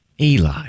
Eli